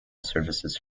services